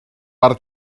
per